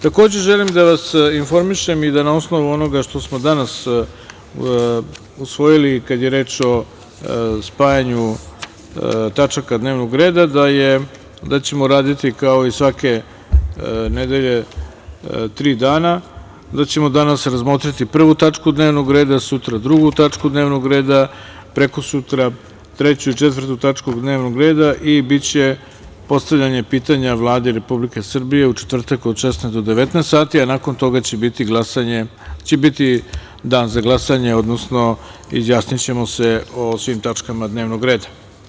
Takođe, želim da vas informišem, na osnovu onoga što smo danas usvojili kada je reč o spajanju tačaka dnevnog reda, da ćemo raditi kao i svake nedelje, tri dana, da ćemo danas razmotriti prvu tačku dnevnog reda, sutra drugu tačku dnevnog reda, prekosutra treću i četvrtu tačku dnevnog reda i biće postavljanje pitanja Vladi Republike Srbije u četvrtak od 16,00 do 19,00 časova, a nakon toga će biti dan za glasanje, odnosno izjasnićemo se o svim tačkama dnevnog reda.